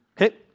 okay